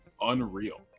Unreal